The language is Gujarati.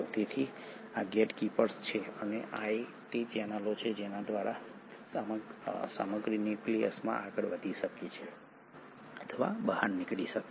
તેથી આ ગેટકીપર્સ છે અને આ તે ચેનલો છે જેના દ્વારા સામગ્રી ન્યુક્લિયસમાં આગળ વધી શકે છે અથવા બહાર નીકળી શકે છે